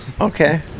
Okay